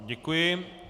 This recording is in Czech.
Děkuji.